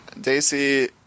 Daisy